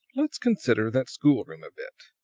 let's consider that schoolroom a bit.